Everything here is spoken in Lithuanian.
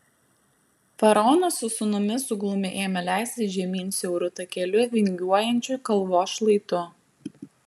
faraonas su sūnumi suglumę ėmė leistis žemyn siauru takeliu vingiuojančiu kalvos šlaitu